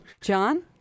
John